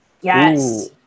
Yes